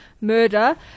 murder